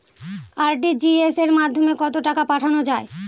RTGS এর মাধ্যমে কত টাকা পাঠানো যায়?